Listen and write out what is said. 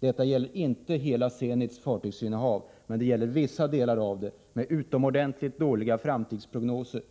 Detta gäller inte Zenits hela fartygsinnehav, men det gäller vissa delar av det, vilka har utomordentligt dåliga framtidsprognoser.